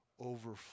overflow